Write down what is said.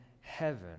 heaven